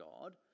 God